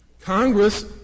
Congress